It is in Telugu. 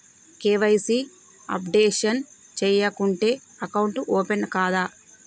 కే.వై.సీ అప్డేషన్ చేయకుంటే అకౌంట్ ఓపెన్ కాదా?